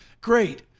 great